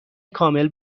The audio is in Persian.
کامل